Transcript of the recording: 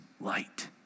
light